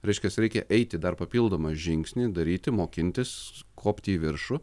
reiškias reikia eiti dar papildomą žingsnį daryti mokintis kopti į viršų